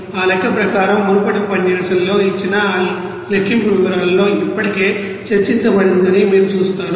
ఆ లెక్క ప్రకారం మునుపటి ఉపన్యాసంలో ఇచ్చిన ఆ లెక్కింపు వివరాలలో ఇప్పటికే చర్చించబడిందని మీరు చూస్తారు